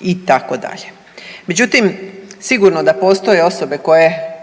itd. Međutim, sigurno da postoje osobe koje